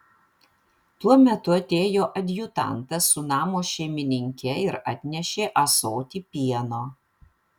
tuo metu atėjo adjutantas su namo šeimininke ir atnešė ąsotį pieno